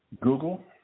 Google